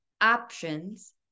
options